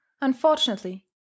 Unfortunately